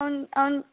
ಅವನ ಅವನ